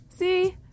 See